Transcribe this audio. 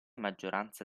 maggioranza